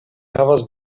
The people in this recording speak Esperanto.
havas